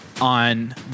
On